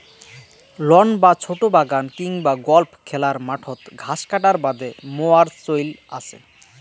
loan বা ছোট বাগান কিংবা গল্ফ খেলার মাঠত ঘাস কাটার বাদে মোয়ার চইল আচে